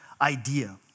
idea